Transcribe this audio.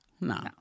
No